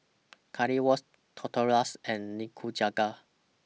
Currywurst Tortillas and Nikujaga